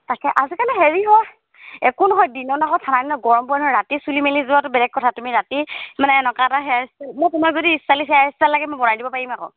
তাকে আজিকালি হেৰি হয় একো নহয় দিনত আকৌ ঠাণ্ডা দিনত গৰম পৰে নহয় ৰাতি চুলি মেলি যোৱাতো বেলেগ কথা তুমি ৰাতি মানে এনেকুৱা এটা হেয়াৰ ষ্টাইল মোৰ তোমাক যদি ষ্টাইলিছ হেয়াৰ ষ্টাইল লাগে মই বনাই দিব পাৰিম আকৌ